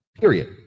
period